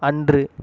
அன்று